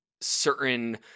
certain